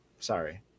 Sorry